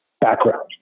background